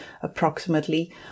approximately